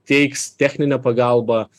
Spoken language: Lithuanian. teiks techninę pagalbą